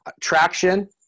Traction